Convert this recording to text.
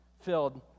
filled